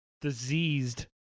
diseased